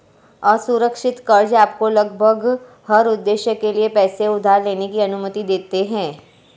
असुरक्षित कर्ज़ आपको लगभग हर उद्देश्य के लिए पैसे उधार लेने की अनुमति देते हैं